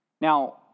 Now